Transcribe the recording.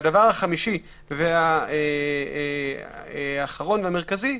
הדבר החמישי, האחרון והמרכזי,